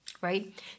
right